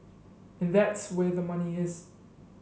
and that's where the money is